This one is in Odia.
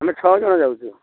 ଆମେ ଛଅ ଜଣ ଯାଉଛୁ